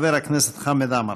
חבר הכנסת חמד עמאר.